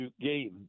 game